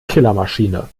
killermaschine